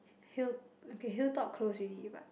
hill okay hilltop close already but